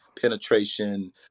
penetration